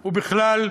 ובכלל,